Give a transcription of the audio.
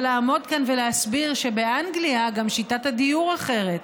ולעמוד כאן ולהסביר שבאנגליה גם שיטת הדיור אחרת,